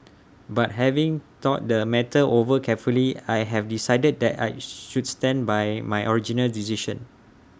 but having thought the matter over carefully I have decided that I should stand by my original decision